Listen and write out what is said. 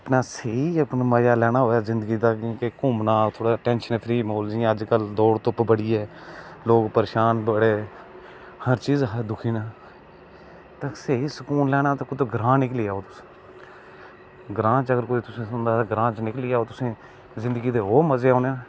अपने स्हेई अपना मजा लैना होऐ जिंदगी दा ते भी घुम्मना थोह्ड़ा टेंशन फ्री म्हौल जेह्का लोक धुप्प दौड़ बड़ी ऐ लोग परेशान बड़े हर चीज दा दुखी न ते स्हेई सुकून लैना तां ग्रांऽ निकली जाओ